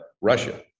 Russia